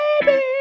baby